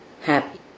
happy